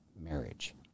marriage